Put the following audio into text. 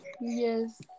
Yes